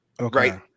Right